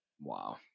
Wow